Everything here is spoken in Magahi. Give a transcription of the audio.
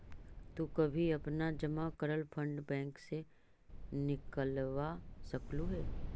तु कभी अपना जमा करल फंड बैंक से निकलवा सकलू हे